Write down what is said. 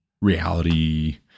reality